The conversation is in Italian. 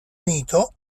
unito